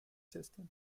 system